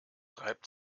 reibt